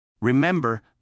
Remember